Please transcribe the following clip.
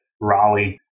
Raleigh